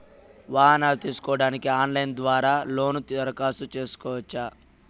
వాహనాలు తీసుకోడానికి ఆన్లైన్ ద్వారా లోను దరఖాస్తు సేసుకోవచ్చా?